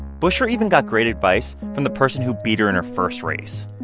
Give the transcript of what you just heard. bushra even got great advice from the person who beat her in her first race.